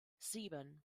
sieben